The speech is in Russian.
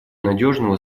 надежного